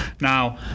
Now